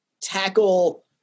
tackle